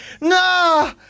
no